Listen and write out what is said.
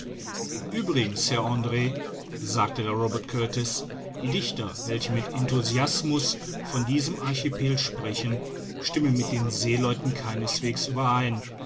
uebrigens herr andr sagte da robert kurtis die dichter welche mit enthusiasmus von diesem archipel sprechen stimmen mit den seeleuten keineswegs überein